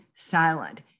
silent